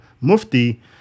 Mufti